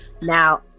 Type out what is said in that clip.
Now